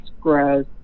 grows